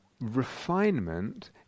Refinement